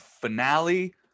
finale